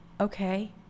Okay